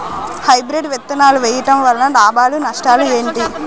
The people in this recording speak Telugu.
హైబ్రిడ్ విత్తనాలు వేయటం వలన లాభాలు నష్టాలు ఏంటి?